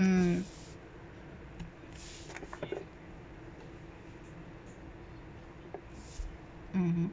mm mmhmm